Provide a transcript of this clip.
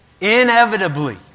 Inevitably